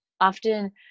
often